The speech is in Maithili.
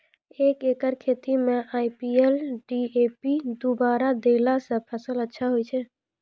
एक एकरऽ खेती मे आई.पी.एल डी.ए.पी दु बोरा देला से फ़सल अच्छा होय छै?